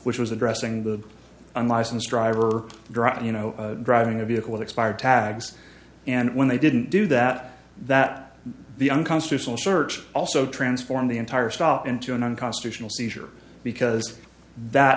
which was addressing the unlicensed driver you know driving a vehicle with expired tags and when they didn't do that that the unconstitutional search also transformed the entire stop into an unconstitutional seizure because that